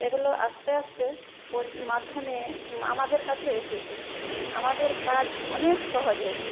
এগুলো আস্তে আস্তে প্রোযু মাধ্যমে আমাদের কাছে এসেছে আমাদের কাজ অনেক সহজ হয়ে গিয়েছে